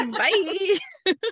bye